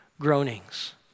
groanings